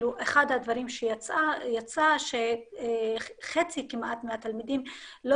אחד הדברים שיצא שחצי כמעט מהתלמידים לא